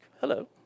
hello